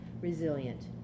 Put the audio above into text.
resilient